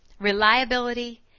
reliability